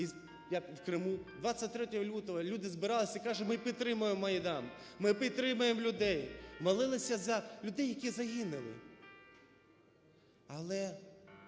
23 лютого люди збирались і казали: "Ми підтримуємо Майдан! Ми підтримуємо людей!" Молилися за людей, які загинули. Але